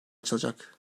açılacak